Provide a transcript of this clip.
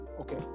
okay